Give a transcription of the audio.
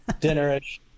dinner-ish